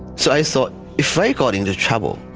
so i thought if i got into trouble,